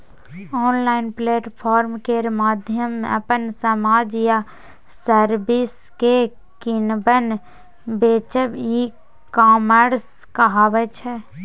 online platform केर माध्यमसँ अपन समान या सर्विस केँ कीनब बेचब ई कामर्स कहाबै छै